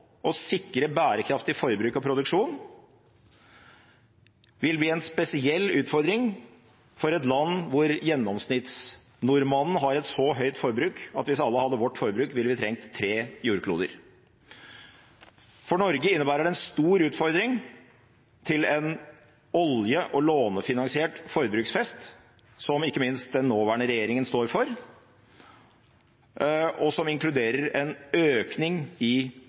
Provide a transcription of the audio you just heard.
sikre bærekraftig forbruk og gode produksjonssystemer, vil bli en spesiell utfordring for et land som Norge, hvor gjennomsnittsnordmannen har et så høyt forbruk at hvis alle hadde vårt forbruk, ville vi trengt tre jordkloder. For Norge innebærer det en stor utfordring for en olje- og lånefinansiert forbruksfest, som ikke minst den nåværende regjeringen står for, og som inkluderer en økning